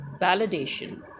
validation